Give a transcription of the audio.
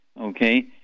okay